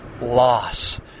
loss